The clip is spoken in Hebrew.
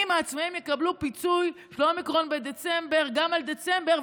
אם העצמאים יקבלו פיצוי על האומיקרון בדצמבר גם על דצמבר,